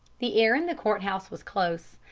the air in the court house was close,